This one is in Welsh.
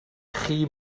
chi